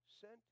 sent